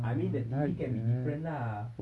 I mean the T_V can be different lah